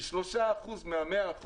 ב-3% מה-100%,